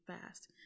fast